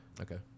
Okay